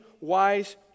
wise